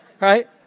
Right